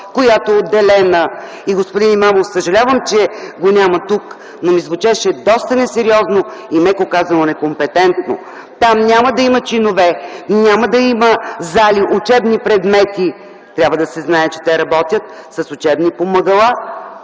която е отделена. Съжалявам, че тук го няма господин Имамов, но ми звучеше доста несериозно и, меко казано, некомпетентно. Там няма да има чинове, няма да има зали, учебни предмети. Трябва да се знае, че те работят с учебни помагала,